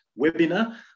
webinar